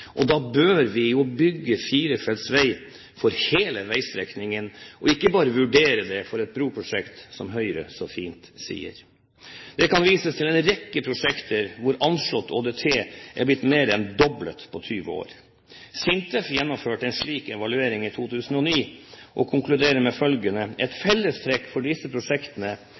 saken. Da bør vi bygge firefelts veg på hele vegstrekningen, og ikke bare vurdere det for broprosjektet, som Høyre så fint sier. Det kan vises til en rekke prosjekter hvor anslått ÅDT er blitt mer enn doblet på 20 år. SINTEF gjennomførte en slik evaluering i 2009 og konkluderer med følgende: «Et fellestrekk for disse prosjektene